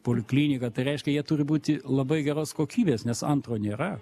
polikliniką tai reiškia jie turi būti labai geros kokybės nes antro nėra